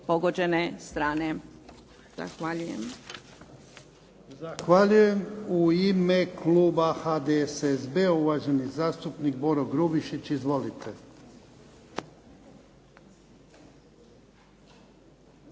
pogođene strane. Zahvaljujem.